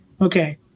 okay